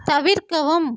தவிர்க்கவும்